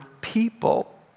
people